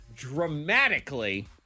dramatically